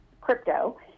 crypto